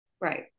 Right